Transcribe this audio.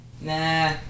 Nah